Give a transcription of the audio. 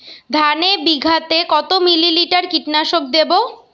ধানে বিঘাতে কত মিলি লিটার কীটনাশক দেবো?